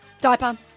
Diaper